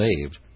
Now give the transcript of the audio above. saved